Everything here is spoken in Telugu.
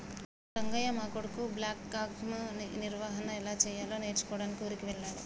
రంగయ్య మా కొడుకు బ్లాక్గ్రామ్ నిర్వహన ఎలా సెయ్యాలో నేర్చుకోడానికి ఊరికి వెళ్ళాడు